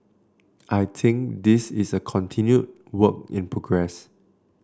I think this is a continued work in progress